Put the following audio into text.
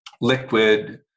liquid